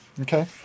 Okay